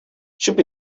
should